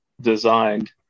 designed